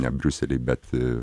ne briusely bet